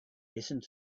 listened